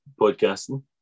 podcasting